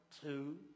Two